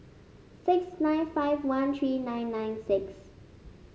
six nine five one three nine nine six